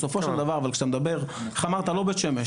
בסופו של דבר כשאתה מדבר, איך אמרת, לא בית שמש.